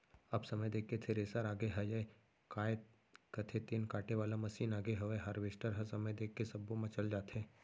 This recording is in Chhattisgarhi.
अब समय देख के थेरेसर आगे हयय, काय कथें तेन काटे वाले मसीन आगे हवय हारवेस्टर ह समय देख के सब्बो म चल जाथे